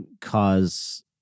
cause